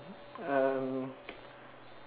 um